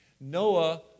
Noah